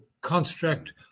construct